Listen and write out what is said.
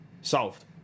solved